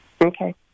Okay